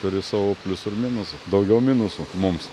turi savo pliusų ir minusų daugiau minusų mums